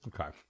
Okay